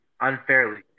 unfairly